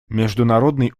международный